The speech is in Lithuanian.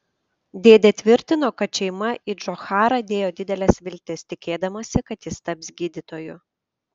dėdė tvirtino kad šeima į džocharą dėjo dideles viltis tikėdamasi kad jis taps gydytoju